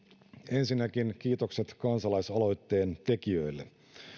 ensinnäkin kiitokset kansalaisaloitteen tekijöille